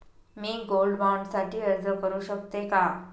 मी gold bond साठी अर्ज करु शकते का?